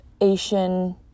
Asian